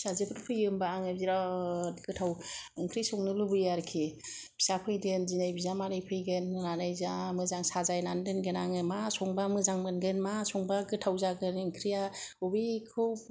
फिसाजोफोर फैयो होनबा आङो बिराद गोथाव ओंख्रि संनो लुगैयो आरोखि फिसा फैदों दिनै बिजामादै फैगोन होननानै जा मोजां साजायनानै दोनगोन आङो मा संबा मोजां मोनगोन मा संबा गोथाव जागोन ओंख्रिआ अबेखौ